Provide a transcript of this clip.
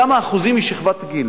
כמה אחוזים משכבת גיל.